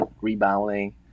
Rebounding